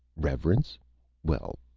reverence well,